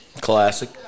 Classic